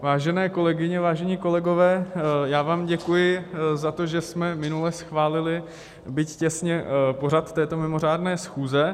Vážené kolegyně, vážení kolegové, já vám děkuji za to, že jsme minule schválili, byť těsně, pořad této mimořádné schůze.